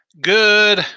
Good